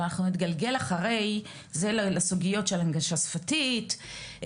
אנחנו נתגלגל אחרי זה לסוגיות של הנגשה שפתית,